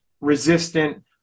resistant